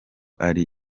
ari